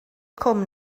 cwm